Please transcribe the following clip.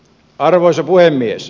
arvoisa puhemies